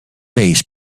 base